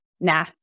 nah